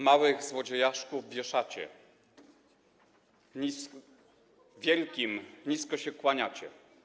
Małych złodziejaszków wieszacie, wielkim - nisko się kłaniacie.